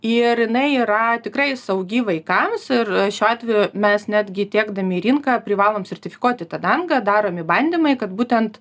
ir jinai yra tikrai saugi vaikams ir šiuo atveju mes netgi tiekdami į rinką privalom sertifikuoti tą dangą daromi bandymai kad būtent